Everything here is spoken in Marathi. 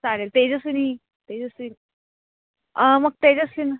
चालेल तेजस्विनी तेजस्वि मग तेजस्विन